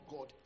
God